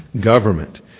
government